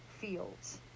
fields